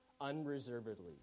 unreservedly